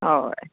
हय